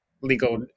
legal